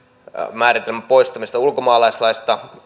määritelmän poistamisesta ulkomaalaislaista